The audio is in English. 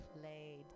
Played